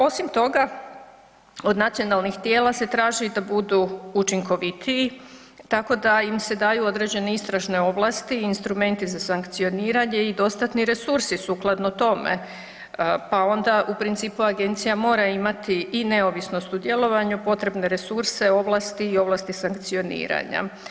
Osim toga, od nacionalnih tijela se traži da budu učinkovitiji, tako da im se daju određene istražne ovlasti, instrumenti za sankcioniranje i dostatni resurs sukladno tome pa onda u principu agencija mora imati i neovisno sudjelovanje, potrebne resurse, ovlasti i ovlasti sankcioniranja.